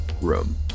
room